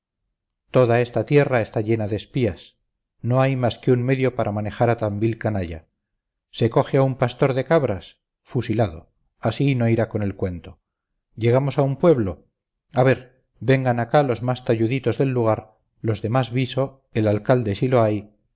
toda esta tierra está llena de espías no hay más que un medio para manejar a tan vil canalla se coge a un pastor de cabras fusilado así no irá con el cuento llegamos a un pueblo a ver vengan acá los más talluditos del lugar los de más viso el alcalde si lo hay